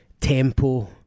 tempo